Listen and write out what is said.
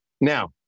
Now